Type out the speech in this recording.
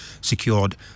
secured